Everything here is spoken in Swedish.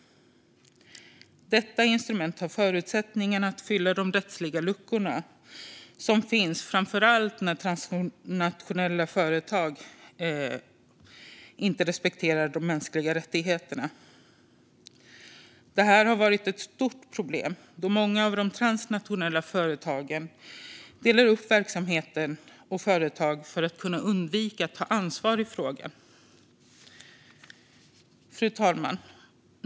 Detta instrument har förutsättningarna att fylla de rättsliga luckor som finns framför allt när transnationella företag inte respekterar de mänskliga rättigheterna. Detta har varit ett stort problem då många av de transnationella företagen delar upp verksamheter och företag för att kunna undvika att ta ansvar i frågan. Fru talman!